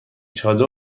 چادر